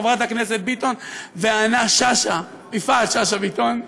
חברת הכנסת יפעת שאשא ביטון,